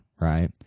Right